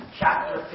chapter